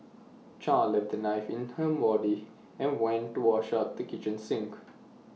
char left the knife in her body and went to wash up at the kitchen sink